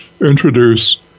introduce